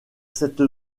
cette